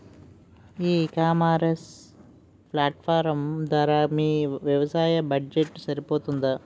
ఈ ecommerce platform ధర మీ వ్యవసాయ బడ్జెట్ సరిపోతుందా?